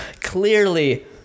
clearly